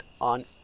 on